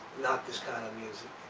not this kind of music